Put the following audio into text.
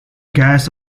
gas